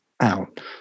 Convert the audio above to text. out